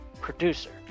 producer